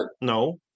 no